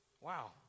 wow